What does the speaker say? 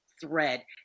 thread